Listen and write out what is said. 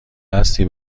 هستی